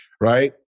Right